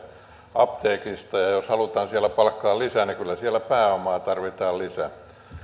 apteekista ja jos siellä halutaan palkkaa lisää niin kyllä siellä pääomaa tarvitaan lisää